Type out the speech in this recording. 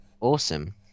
awesome